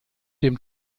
dem